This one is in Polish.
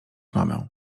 mamę